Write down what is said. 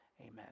Amen